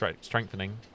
strengthening